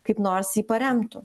kaip nors jį paremtų